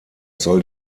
soll